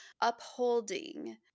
upholding